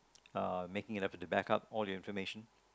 uh making an effort to back up all your information